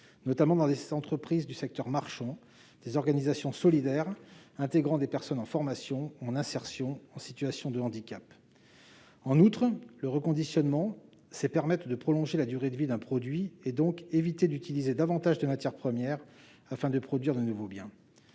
notamment dans des entreprises du secteur marchand et des organisations solidaires intégrant des personnes en formation, en insertion, en situation de handicap. En outre, le reconditionnement, c'est permettre de prolonger la durée de vie d'un produit et, partant, éviter d'utiliser davantage de matières premières afin de produire de nouveaux biens.